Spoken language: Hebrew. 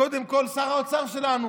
הוא קודם כול שר האוצר שלנו.